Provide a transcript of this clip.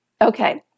Okay